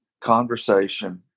conversation